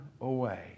away